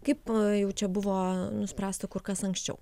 kaip jau čia buvo nuspręsta kur kas anksčiau